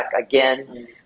again